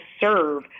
serve